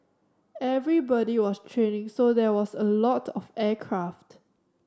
everybody was training so there was a lot of aircraft